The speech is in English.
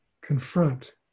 confront